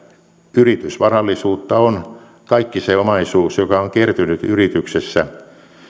yritysvarallisuutta on kaikki se omaisuus joka on kertynyt yrityksessä